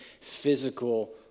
physical